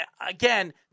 again